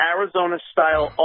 Arizona-style